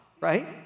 right